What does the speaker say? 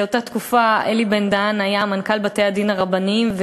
באותה תקופה אלי בן-דהן היה מנכ"ל בתי-הדין הרבניים,